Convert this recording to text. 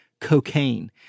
cocaine